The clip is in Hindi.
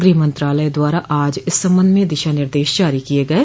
गृह मंत्रालय द्वारा आज इस संबंध में दिशा निर्देश जारी किये गये